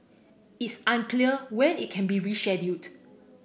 it's unclear when it can be rescheduled